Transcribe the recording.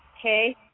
Okay